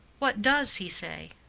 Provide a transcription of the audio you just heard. what does he say?